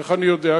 איך אני יודע?